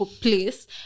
place